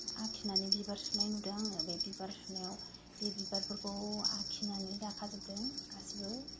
आखिनानै बिबार सुनाय नुदों आङो बे बिबार सुनायाव बे बिबारफोरखौ आखिनानै लाखाजोबदों गासैबो